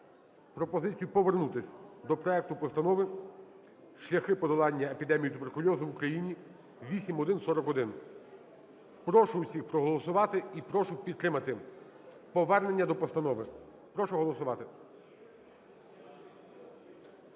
пропозицію повернутися до проекту Постанови: "Шляхи подолання епідемії туберкульозу в Україні" (8141). Прошу усіх проголосувати і прошу підтримати повернення до постанови. Прошу проголосувати